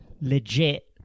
legit